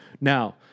Now